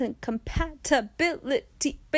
compatibility